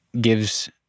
gives